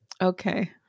Okay